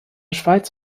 schweiz